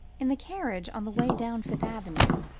in the carriage, on the way down fifth avenue,